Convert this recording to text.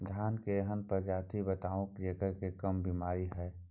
धान के एहन प्रजाति बताबू जेकरा मे कम बीमारी हैय?